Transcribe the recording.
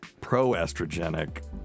pro-estrogenic